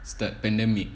start pandemic